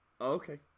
Okay